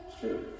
true